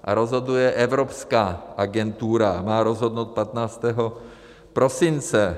A rozhoduje evropská agentura, má rozhodnout 15. prosince.